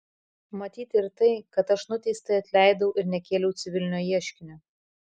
matyti ir tai kad aš nuteistajai atleidau ir nekėliau civilinio ieškinio